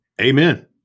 Amen